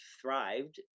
thrived